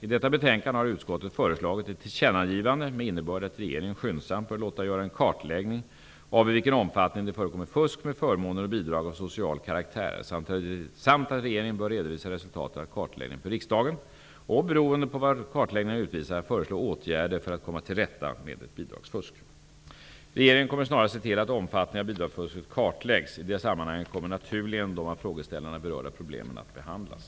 I detta betänkande har utskottet föreslagit ett tillkännagivande med innebörd att regeringen skyndsamt bör låta göra en kartläggning av i vilken omfattning det förekommer fusk med förmåner och bidrag av social karaktär samt att regeringen bör redovisa resultatet av kartläggningen för riksdagen och, beroende på vad kartläggningen utvisar, föreslå åtgärder för att komma till rätta med ett bidragsfusk. Regeringen kommer snarast att se till att omfattningen av bidragsfusket kartläggs. I det sammanhanget kommer naturligen de av frågeställarna berörda problemen att behandlas.